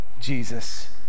Jesus